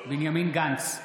בנימין גנץ,